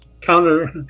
counter-